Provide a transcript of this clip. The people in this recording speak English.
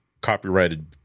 copyrighted